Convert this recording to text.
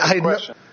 question